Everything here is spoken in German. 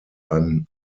ein